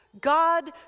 God